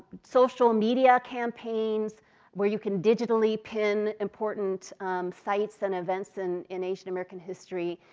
social media campaigns where you can digitally pin important sites and events and in asianamerican history.